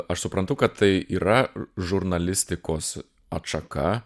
aš suprantu kad tai yra žurnalistikos atšaka